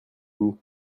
vous